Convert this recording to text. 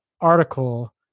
article